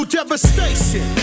Devastation